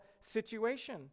situation